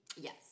Yes